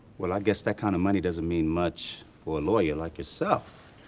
well i guess that kind of money doesn't mean much for a lawyer like yourself.